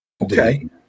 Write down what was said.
Okay